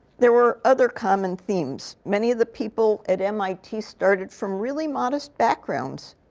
there were other common themes. many of the people at mit started from really modest backgrounds.